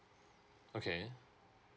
okay